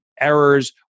errors